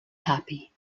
happy